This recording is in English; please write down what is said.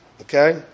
Okay